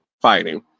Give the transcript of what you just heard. fighting